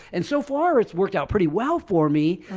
and so far, it's worked out pretty well for me,